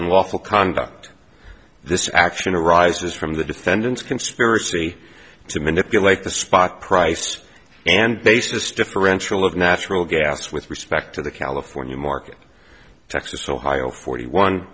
unlawful conduct this action arises from the defendant's conspiracy to manipulate the spot price and basis differential of natural gas with respect to the california market texas ohio forty one